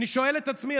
אני שואל את עצמי,